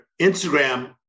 Instagram